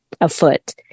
afoot